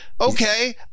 okay